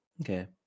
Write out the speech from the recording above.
Okay